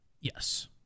Yes